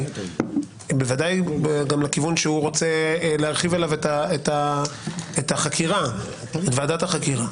בוודאי גם לכיוון שהוא רוצה להרחיב אליו את ועדת החקירה,